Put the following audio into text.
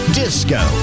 disco